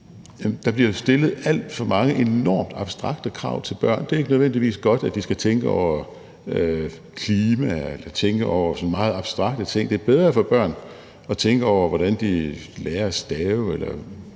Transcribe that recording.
Der bliver stillet alt for mange enormt abstrakte krav til børn. Det er ikke nødvendigvis godt, at de skal tænke over klima eller tænke over sådan meget abstrakte ting. Det er bedre for børn at tænke over, hvordan de lærer at stave, læse H.C.